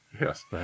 yes